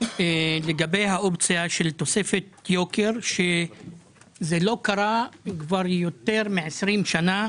לגבי האופציה של תוספת יוקר שלא קרתה כבר יותר מ-20 שנה,